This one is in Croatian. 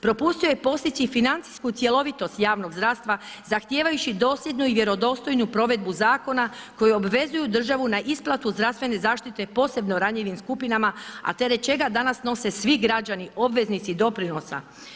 Propustio je postići i financijsku cjelovitost javnog zdravstva zahtijevajući dosljednu i vjerodostojnu provedbu zakona koji obvezuju državu na isplatu zdravstvene zaštite posebno ranjivim skupinama a teret čega danas nose svi građani obveznici doprinosa.